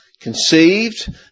conceived